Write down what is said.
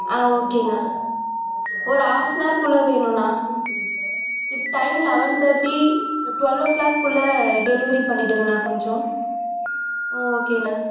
ஆ ஒகேண்ணா ஒரு ஹாஃப்னார் குள்ள வேணுண்ணா இப்போ டைம் லெவன் தேட்டி டுவெல்லோ க்ளாக் குள்ள டெலிவரி பண்ணிடுங்கண்ணா கொஞ்சம் ம் ஒகேண்ணா